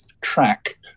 track